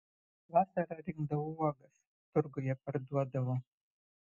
vasarą rinkdavau uogas turguje parduodavau